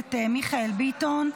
הכנסת מיכאל ביטון.